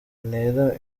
ntera